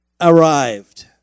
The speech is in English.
arrived